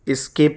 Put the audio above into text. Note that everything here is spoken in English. skip